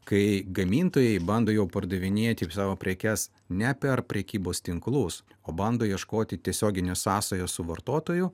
kai gamintojai bando jau pardavinėti savo prekes ne per prekybos tinklus o bando ieškoti tiesioginių sąsajų su vartotoju